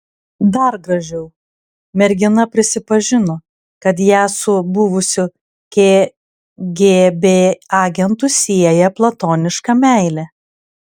dar gražiau mergina prisipažino kad ją su buvusiu kgb agentu sieja platoniška meilė